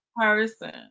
person